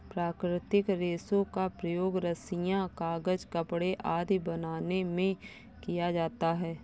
प्राकृतिक रेशों का प्रयोग रस्सियॉँ, कागज़, कपड़े आदि बनाने में किया जाता है